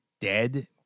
dead